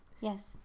yes